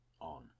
on